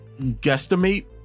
guesstimate